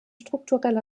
strukturelle